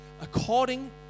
according